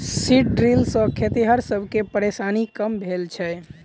seed drill सॅ खेतिहर सब के परेशानी कम भेल छै